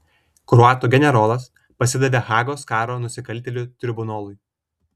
kroatų generolas pasidavė hagos karo nusikaltėlių tribunolui